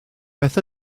beth